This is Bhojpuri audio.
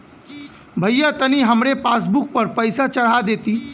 भईया तनि हमरे पासबुक पर पैसा चढ़ा देती